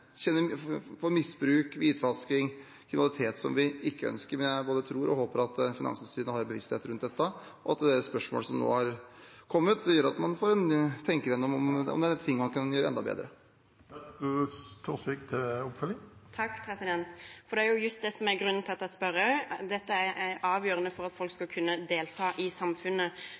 misbruk, hvitvasking og kriminalitet, som vi ikke ønsker. Men jeg både tror og håper at Finanstilsynet har en bevissthet rundt dette, og at det spørsmålet som nå har kommet, gjør at man tenker gjennom om det er ting man kan gjøre enda bedre. Det er just det som er grunnen til at jeg spør. Dette er avgjørende for at folk skal kunne delta i samfunnet